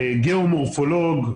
גיאו-מורפולוג,